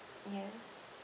yes